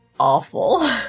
awful